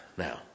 Now